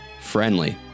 friendly